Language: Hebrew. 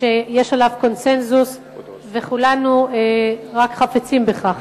שיש עליו קונסנזוס וכולנו חפצים בכך.